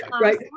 Right